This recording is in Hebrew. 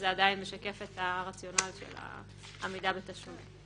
זה עדיין משקף את הרציונל של העמידה בתשלומים.